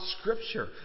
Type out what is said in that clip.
Scripture